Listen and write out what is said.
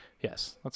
Yes